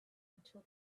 until